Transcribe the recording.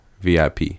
VIP